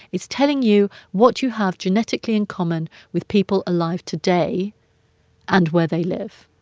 it's telling you what you have genetically in common with people alive today and where they live.